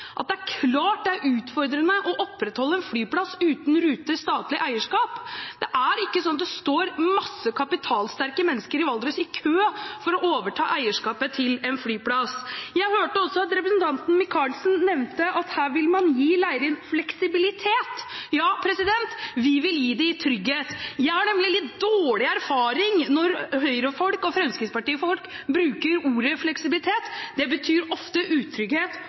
at det er klart det er utfordrende å opprettholde en flyplass uten ruter og statlig eierskap. Det er ikke sånn at det står masse kapitalsterke mennesker i Valdres i kø for å overta eierskapet til en flyplass. Jeg hørte også at representanten Michaelsen nevnte at man vil gi Leirin fleksibilitet. Vel, vi vil gi dem trygghet. Jeg har nemlig litt dårlig erfaring med at Høyre-folk og Fremskrittsparti-folk bruker ordet «fleksibilitet» – det betyr ofte utrygghet